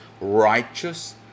righteous